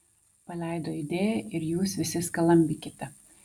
paleido idėją ir jūs visi skalambykite